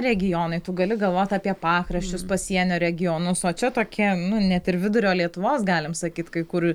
regionai tu gali galvoti apie pakraščius pasienio regionus o čia tokie nu net ir vidurio lietuvos galim sakyti kai kur